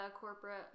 corporate